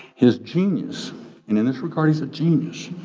his genius, and in this regard he's a genius,